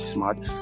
Smart